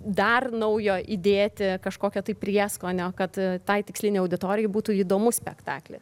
dar naujo įdėti kažkokio prieskonio kad tai tikslinei auditorijai būtų įdomus spektaklis